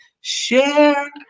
share